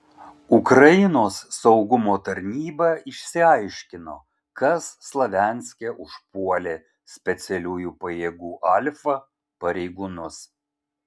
ukrainos saugumo tarnyba išsiaiškino kas slavianske užpuolė specialiųjų pajėgų alfa pareigūnus